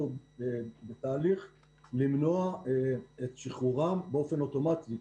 בתהליך למנוע את שחרורם באופן אוטומטי.